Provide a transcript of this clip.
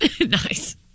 Nice